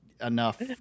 enough